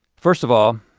first of all,